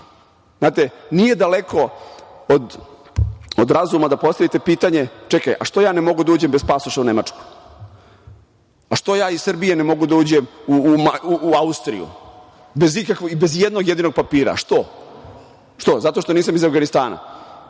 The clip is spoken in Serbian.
Znate, nije daleko od razuma da postavite pitanje – čekaj, a što ja ne mogu da uđem bez pasoša u Nemačku? A što ja iz Srbije ne mogu da uđem u Austriju, bez ijednog jedinog problema? Što? Zato što nisam iz Avganistana?